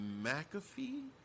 McAfee